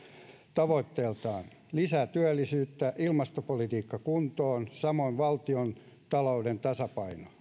tavoitteiltaan lisää työllisyyttä ilmastopolitiikka kuntoon samoin valtiontalouden tasapaino